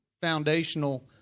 foundational